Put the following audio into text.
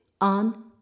on